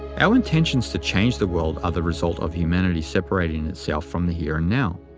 our intentions to change the world are the result of humanity separating itself from the here and now.